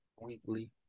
weekly